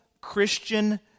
Christian